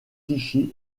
clichy